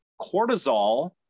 cortisol